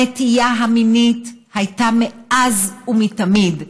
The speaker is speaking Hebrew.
הנטייה המינית הייתה מאז ומתמיד,